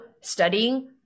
studying